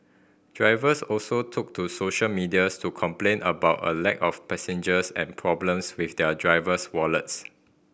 drivers also took to social medias to complain about a lack of passengers and problems with their driver's wallets